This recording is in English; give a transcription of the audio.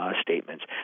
Statements